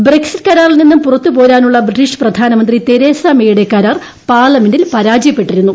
Brexit കരാറിൽ നിന്നും പുറത്തുപോരാനുള്ള ബ്രിട്ടീഷ് പ്രധാനമന്ത്രി തെരേസാ മേയുടെ കരാർ പാർലമെന്റിൽ പരാജയപ്പെട്ടിരുന്നു